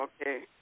Okay